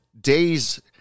days